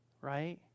right